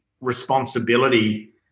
responsibility